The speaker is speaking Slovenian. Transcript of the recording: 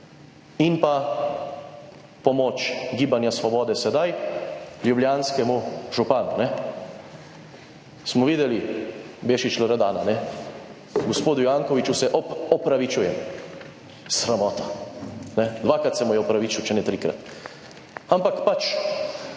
in pa pomoč Gibanja Svobode sedaj ljubljanskemu županu, ne. Smo videli Bešič Loredana, ne. Gospodu Jankoviču, se opravičuje. Sramota, kajne, dvakrat se mu je opravičil, če ne trikrat, ampak pač,